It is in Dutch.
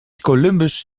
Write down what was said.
columbus